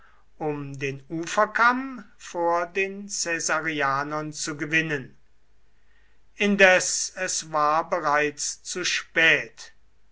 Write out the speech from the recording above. um den uferkamm vor den caesarianern zu gewinnen indes es war bereits zu spät